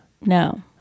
no